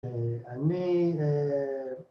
אני...